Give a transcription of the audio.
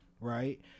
right